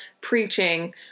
preaching